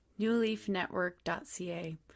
newleafnetwork.ca